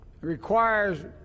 requires